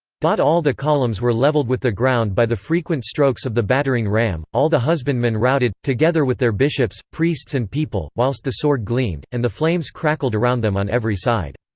all the columns were levelled with the ground by the frequent strokes of the battering-ram, all the husbandmen routed, together with their bishops, priests and people, whilst the sword gleamed, and the flames crackled around them on every side.